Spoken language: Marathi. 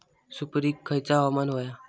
सुपरिक खयचा हवामान होया?